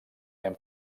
nen